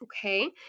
Okay